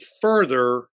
further